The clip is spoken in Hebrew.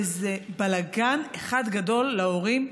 איזה בלגן אחד גדול להורים.